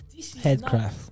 headcraft